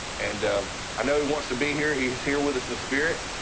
and i know he wants to be here. he's here with us in spirit.